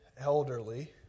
elderly